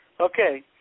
Okay